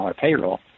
payroll